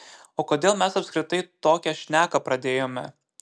o kodėl mes apskritai tokią šneką pradėjome